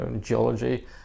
geology